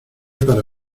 para